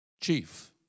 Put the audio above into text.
Chief